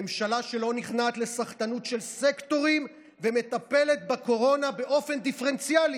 ממשלה שלא נכנעת לסחטנות של סקטורים ומטפלת בקורונה באופן דיפרנציאלי,